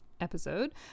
episode